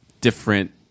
different